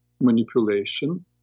manipulation